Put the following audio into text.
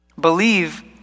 Believe